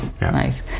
nice